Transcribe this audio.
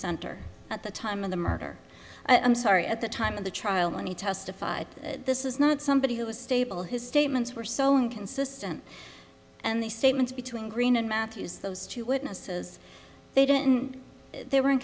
center at the time of the murder i'm sorry at the time of the trial and he testified that this is not somebody who was stable his statements were so inconsistent and the statements between green and matthews those two witnesses they didn't they were